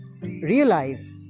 realize